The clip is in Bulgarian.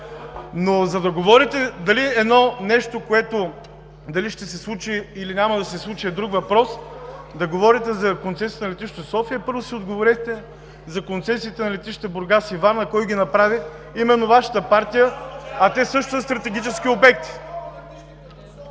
Но да говорите дали едно ще се случи или няма да се случи, е друг въпрос. Като говорите за концесията на Летище София, първо си отговорете за концесията на летища Бургас и Варна, кой ги направи – именно Вашата партия. А те също са стратегически обекти.